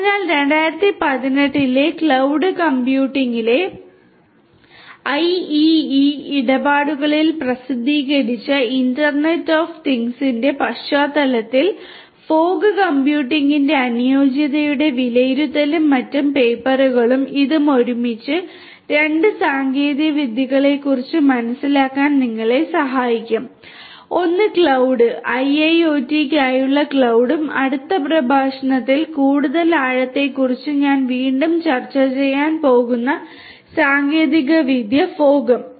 അതിനാൽ 2018 ലെ ക്ലൌഡ് കമ്പ്യൂട്ടിംഗിലെ IEEE ഇടപാടുകളിൽ പ്രസിദ്ധീകരിച്ച ഇന്റർനെറ്റ് ഓഫ് തിംഗ്സിന്റെ പശ്ചാത്തലത്തിൽ ഫോഗ് കമ്പ്യൂട്ടിംഗിന്റെ അനുയോജ്യതയുടെ വിലയിരുത്തലും മറ്റ് പേപ്പറുകളും ഇതും ഒരുമിച്ച് 2 സാങ്കേതികവിദ്യകളെക്കുറിച്ച് മനസ്സിലാക്കാൻ നിങ്ങളെ സഹായിക്കും ഒന്ന് മേഘം ഐഐഒടിക്കായുള്ള ക്ലൌഡും അടുത്ത പ്രഭാഷണത്തിൽ കൂടുതൽ ആഴത്തെക്കുറിച്ച് ഞാൻ വീണ്ടും ചർച്ച ചെയ്യാൻ പോകുന്ന പുതിയ സാങ്കേതികവിദ്യ മൂടൽമഞ്ഞും